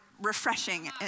refreshing